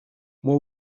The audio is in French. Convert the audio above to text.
moi